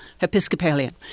Episcopalian